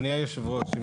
אדוני יושב הראש.